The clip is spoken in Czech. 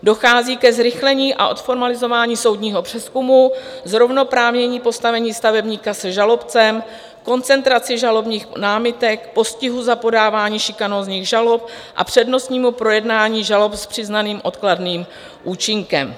Dochází ke zrychlení a odformalizování soudního přezkumu, zrovnoprávnění postavení stavebníka se žalobcem, koncentraci žalobních námitek, postihu za podávání šikanózních žalob a přednostnímu projednání žalob s přiznaným odkladným účinkem.